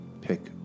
pick